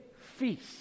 feast